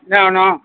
என்ன வேணும்